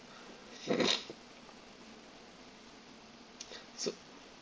so